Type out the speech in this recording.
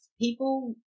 people